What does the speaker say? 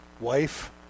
wife